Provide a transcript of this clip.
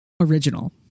original